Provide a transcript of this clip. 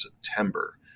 September